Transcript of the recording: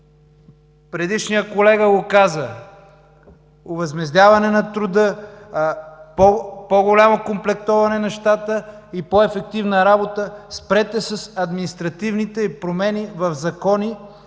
Предишният колега го каза – възмездяване на труда, окомплектоване на щата и по-ефективна работа. Спрете с административните промени в закони